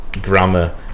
grammar